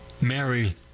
Mary